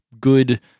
good